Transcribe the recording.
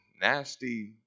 nasty